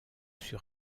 sur